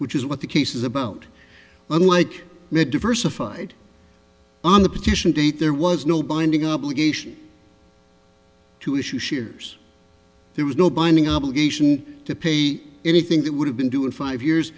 which is what the case is about unlike that diversified on the petition date there was no binding obligation to issue shares there was no binding obligation to pay anything that would have been doing five years